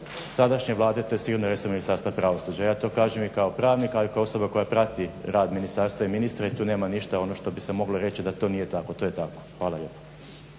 sadašnje Vlade to je sigurno resor Ministarstva pravosuđa. Ja to kažem i kao pravnik, a i kao osoba koja prati rad ministarstva i ministra i tu nema ništa ono što bi se moglo reći da to nije tako. To je tako. Hvala lijepo.